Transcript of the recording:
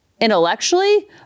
intellectually